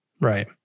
Right